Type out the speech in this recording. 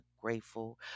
grateful